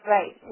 Right